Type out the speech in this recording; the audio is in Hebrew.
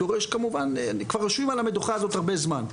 כמובן כבר יושבים על המדוכה הזאת כבר הרבה זמן,